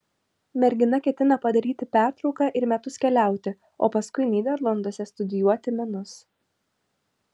mergina ketina padaryti pertrauka ir metus keliauti o paskui nyderlanduose studijuoti menus